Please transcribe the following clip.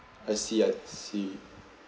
I see I see